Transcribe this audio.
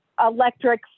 Electric